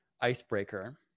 icebreaker